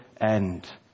end